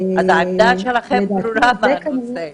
אז העמדה שלכם ברורה בנושא.